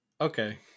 Okay